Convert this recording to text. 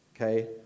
okay